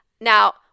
Now